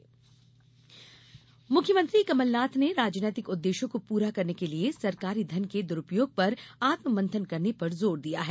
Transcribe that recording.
जन अभियान मुख्यमंत्री कमलनाथ ने राजनीतिक उद्वेश्यों को पूरा करने के लिए सरकारी धन के दुरूपयोग पर आत्ममंथन करने पर जोर दिया है